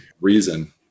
reason